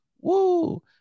woo